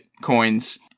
coins